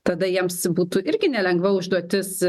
tada jiems būtų irgi nelengva užduotis